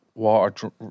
Water